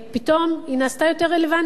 פתאום היא נעשתה יותר רלוונטית,